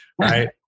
right